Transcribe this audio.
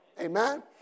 Amen